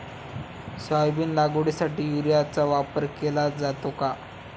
Soybean लागवडीसाठी युरियाचा वापर केला जातो का?